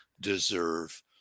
deserve